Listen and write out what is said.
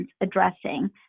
addressing